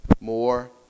more